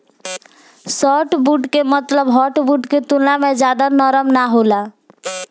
softwood के मतलब hardwood के तुलना में ज्यादा नरम ना होला